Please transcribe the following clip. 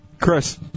chris